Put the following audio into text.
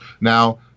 Now